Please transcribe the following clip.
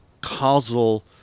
causal